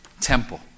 Temple